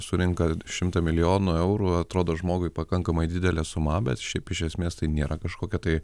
surinka šimtą milijonų eurų atrodo žmogui pakankamai didelė suma bet šiaip iš esmės tai nėra kažkokia tai